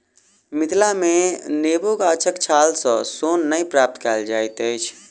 मिथिला मे नेबो गाछक छाल सॅ सोन नै प्राप्त कएल जाइत अछि